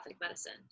medicine